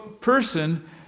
person